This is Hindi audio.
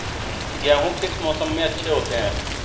गेहूँ किस मौसम में अच्छे होते हैं?